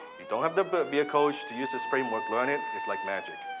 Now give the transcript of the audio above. you don't have to be a coach to use this framework. learn it, it's like magic.